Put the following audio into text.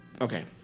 Okay